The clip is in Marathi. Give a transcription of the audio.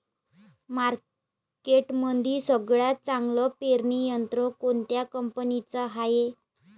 मार्केटमंदी सगळ्यात चांगलं पेरणी यंत्र कोनत्या कंपनीचं हाये?